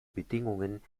bedingungen